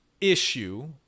issue